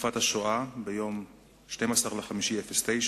מתקופת השואה ביום 12 במאי 2009,